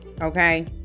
Okay